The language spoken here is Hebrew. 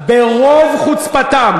ברוב חוצפתם,